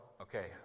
Okay